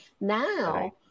Now